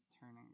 turning